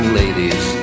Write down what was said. ladies